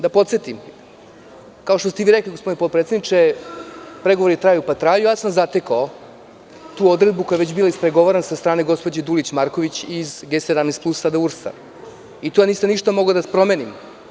Da podsetim, kao što ste i vi rekli, gospodine potpredsedniče, pregovori traju pa traju i ja sam zatekao tu odredbu koja je već bila ispregovarana od strane gospođe Dulić-Marković iz G-17 plus, sada URS, i tu ništa nisam mogao da promenim.